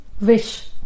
wish